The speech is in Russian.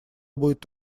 будет